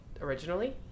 originally